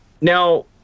Now